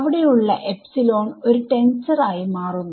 അവിടെ ഉള്ള എപ്സിലോൺ ഒരു ടെൻസർ ആയി മാറുന്നു